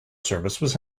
service